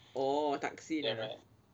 oh tak silap